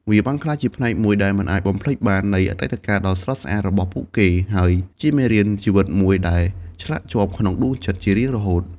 វាបានក្លាយជាផ្នែកមួយដែលមិនអាចបំភ្លេចបាននៃអតីតកាលដ៏ស្រស់ស្អាតរបស់ពួកគេ ហើយជាមេរៀនជីវិតមួយដែលឆ្លាក់ជាប់ក្នុងដួងចិត្តជារៀងរហូត។